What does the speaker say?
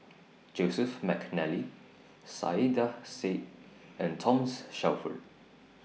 Joseph Mcnally Saiedah Said and Thomas Shelford